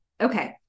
okay